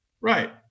Right